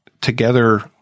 together